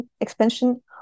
expansion